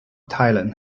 thailand